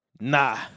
Nah